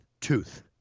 tooth